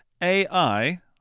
AI